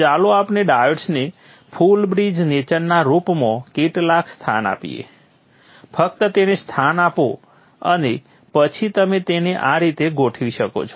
ચાલો આપણે ડાયોડ્સને ફુલ બ્રિજ નેચરના રૂપમાં કેટલાક સ્થાન આપીએ ફક્ત તેમને સ્થાન આપો અને પછી તમે તેને આ રીતે ગોઠવી શકો છો